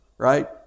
Right